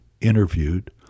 interviewed